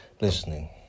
listening